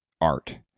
art